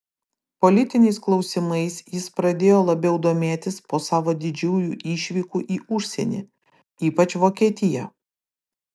politiniais klausimais jis pradėjo labiau domėtis po savo didžiųjų išvykų į užsienį ypač vokietiją